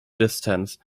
distance